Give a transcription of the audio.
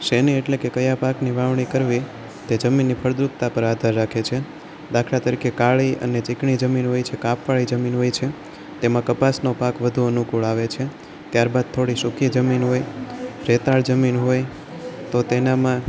શેની એટલે કે ક્યાં પાકની વાવણી કરવી તે જમીનની ફળદ્રુપતા પર આધાર રાખે છે દાખલા તરીકે કાળી અને ચીકણી જમીન હોય છે કાપવાળી જમીન હોય છે તેમાં કપાસનો પાક વધુ અનુકૂળ આવે છે ત્યારબાદ થોડી સુકી જમીન હોય રેતાળ જમીન હોય તો તેનામાં